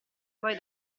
poi